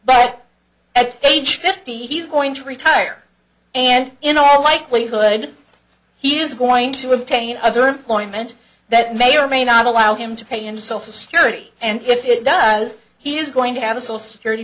but at age fifty he's going to retire and in all likelihood he's going to obtain other employment that may or may not allow him to pay into social security and if it does he is going to have a soul security